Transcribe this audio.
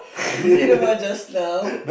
is it the one just now